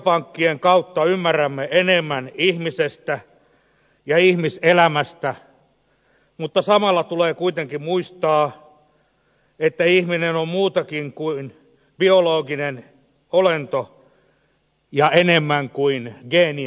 biopankkien kautta ymmärrämme enemmän ihmisestä ja ihmiselämästä mutta samalla tulee kuitenkin muistaa että ihminen on muutakin kuin biologinen olento ja enemmän kuin geeniensä summa